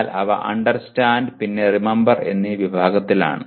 എന്നാൽ അവ അണ്ടർസ്റ്റാൻഡ് പിന്നെ റിമെംബെർ എന്നീ വിഭാഗത്തിലാണ്